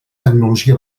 tecnologia